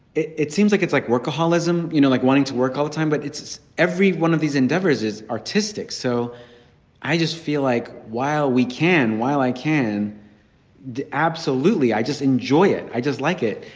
it it seems like it's like workaholism, you know, like wanting to work all the time, but it's every one of these endeavors is artistic. so i just feel like while we can while i can do. absolutely. i just enjoy it. i just like it.